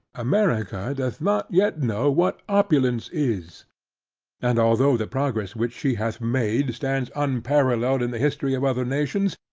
america doth not yet know what opulence is and although the progress which she hath made stands unparalleled in the history of other nations,